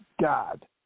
God